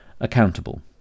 accountable